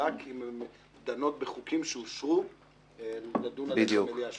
רק אם הן דנות בחוקים שאושר לדון עליהן במליאה.